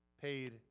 paid